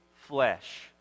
flesh